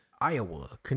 Iowa